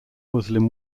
muslim